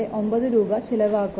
669 രൂപ ചിലവ് ആകുന്നു